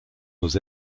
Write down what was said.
nos